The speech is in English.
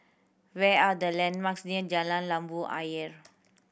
where are the landmarks near Jalan Labu Ayer